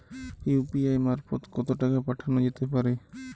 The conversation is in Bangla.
ইউ.পি.আই মারফত কত টাকা পাঠানো যেতে পারে?